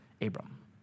Abram